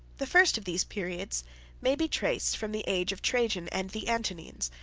the first of these periods may be traced from the age of trajan and the antonines,